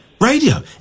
radio